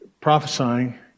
prophesying